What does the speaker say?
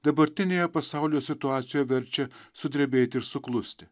dabartinėje pasaulio situacijoje verčia sudrebėti ir suklusti